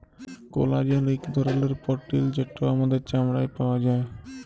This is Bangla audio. কোলাজেল ইক ধরলের পরটিল যেট আমাদের চামড়ায় পাউয়া যায়